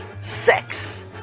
sex